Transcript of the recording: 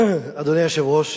אדוני היושב-ראש,